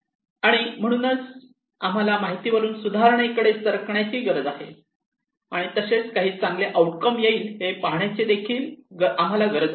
आणि म्हणून आम्हाला माहितीवरून सुधारणेकडे सरकण्याची गरज आहे आणि तसेच काही चांगले आउटकम येईल हे पाहाण्याची देखील आम्हाला गरज आहे